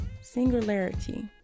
Singularity